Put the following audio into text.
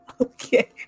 Okay